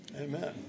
Amen